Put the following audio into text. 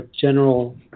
general